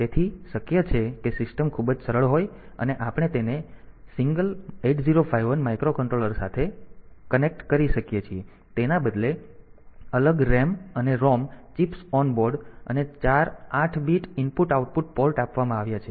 તેથી શક્ય છે કે સિસ્ટમ ખૂબ જ સરળ હોય અને આપણે તેને એકલ 8051 માઇક્રોકંટ્રોલર સાથે કરી શકીએ છીએ તેના બદલે અલગ RAM અને ROM ચિપ્સ ઓનબોર્ડ અને ચાર 8 બીટ IO પોર્ટ આપવામાં આવ્યા છે